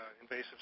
invasive